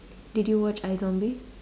did you watch iZombie